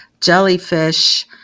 jellyfish